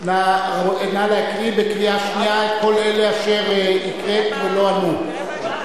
נא להקריא קריאה שנייה את שמות כל אלה אשר הקראת ולא השיבו.